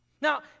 Now